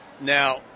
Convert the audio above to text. Now